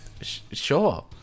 Sure